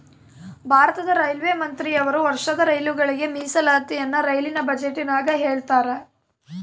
ಭಾರತದ ರೈಲ್ವೆ ಮಂತ್ರಿಯವರು ವರ್ಷದ ರೈಲುಗಳಿಗೆ ಮೀಸಲಾತಿಯನ್ನ ರೈಲಿನ ಬಜೆಟಿನಗ ಹೇಳ್ತಾರಾ